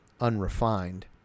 unrefined